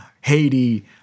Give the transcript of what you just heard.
Haiti